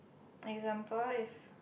example if